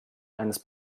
eines